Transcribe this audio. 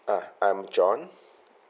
ah I'm john